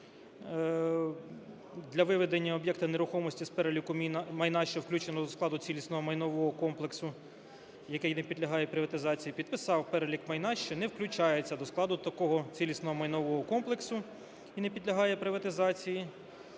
для виведення об'єкта нерухомості з переліку майна, що включено до складу цілісного майнового комплексу, який не підлягає приватизації, підписав перелік майна, що не включається до складу такого цілісного майнового комплексу і не підлягає приватизації,